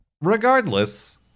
Regardless